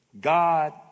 God